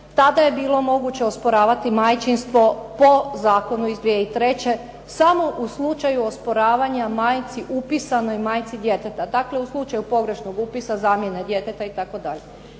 Tada je bilo moguće osporavati majčinstvo po zakonu iz 2003. samo u slučaju osporavanja upisanoj majci djeteta. Dakle, u slučaju pogrešnog upisa, zamjene djeteta itd.